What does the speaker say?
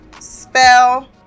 spell